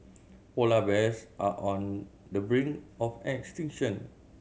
polar bears are on the brink of extinction